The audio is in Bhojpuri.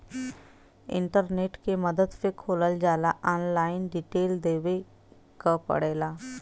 इंटरनेट के मदद से खोलल जाला ऑनलाइन डिटेल देवे क पड़ेला